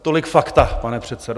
Tolik fakta, pane předsedo.